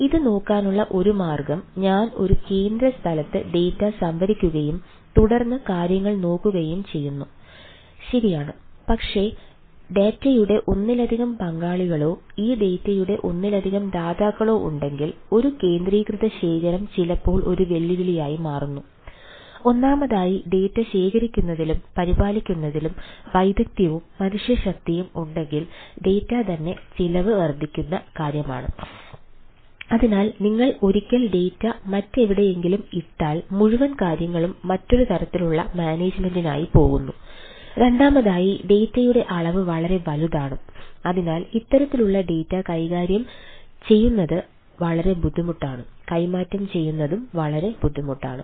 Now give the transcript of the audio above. അത് നോക്കാനുള്ള ഒരു മാർഗ്ഗം ഞാൻ ഒരു കേന്ദ്ര സ്ഥലത്ത് ഡാറ്റയുടെ ഒന്നിലധികം ദാതാക്കളോ ഉണ്ടെങ്കിൽ ഒരു കേന്ദ്രീകൃത ശേഖരം ചിലപ്പോൾ ഒരു വെല്ലുവിളിയായി മാറുന്നു ഒന്നാമതായി ഡാറ്റ കൈമാറ്റം ചെയ്യുന്നത് വളരെ ബുദ്ധിമുട്ടാണ്